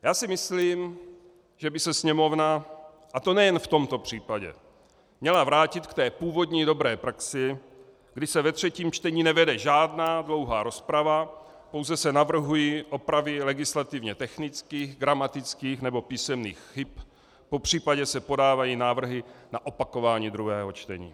Já si myslím, že by se Sněmovna, a to nejenom v tomto případě, měla vrátit k té původní dobré praxi, kdy se ve třetím čtení nevede žádná dlouhá rozprava, pouze se navrhují opravy legislativně technických, gramatických nebo písemných chyb, popřípadě se podávají návrhy na opakování druhého čtení.